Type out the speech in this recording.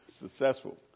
successful